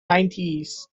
nineties